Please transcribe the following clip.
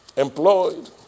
employed